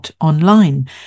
Online